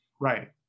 right